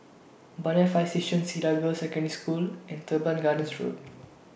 Banyan Fire Station Cedar Girls' Secondary School and Teban Gardens Road